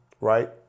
Right